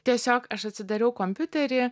tiesiog aš atsidariau kompiuterį